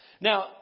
Now